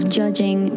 judging